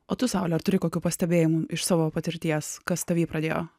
o tu saule ar turi kokių pastebėjimų iš savo patirties kas tavy pradėjo